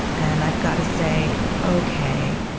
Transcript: and i've got to say, ok,